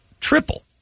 Triple